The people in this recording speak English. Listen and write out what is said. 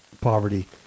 poverty